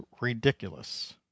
ridiculous